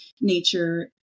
nature